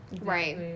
right